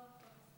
לא.